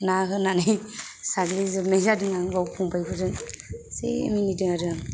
ना होनानै साग्लि जोबनाय जादोंआं बाव फंबाइ फोरजों एसे मिनिदों आरो आं